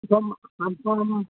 അപ്പോള് അപ്പോള്